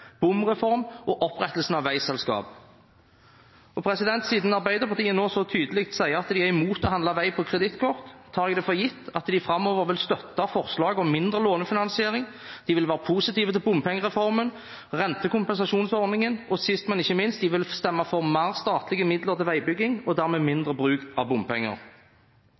bompengereform og opprettelsen av veiselskap. Siden Arbeiderpartiet nå så tydelig sier at de er imot å handle vei på kredittkort, tar jeg det for gitt at de framover vil støtte forslaget om mindre lånefinansiering, de vil være positive til bompengereformen, rentekompensasjonsordningen, og sist, men ikke minst vil de stemme for mer statlige midler til veibygging og dermed mindre bruk av bompenger.